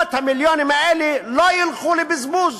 שמאות המיליונים האלה לא ילכו לבזבוז